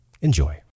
Enjoy